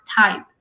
type